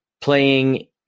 playing